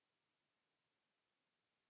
Kiitos